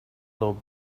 low